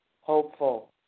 hopeful